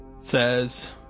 Says